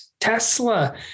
Tesla